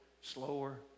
slower